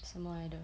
什么来的